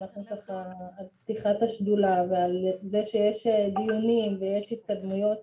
על פתיחת השדולה ועל זה שיש דיונים ויש התקדמויות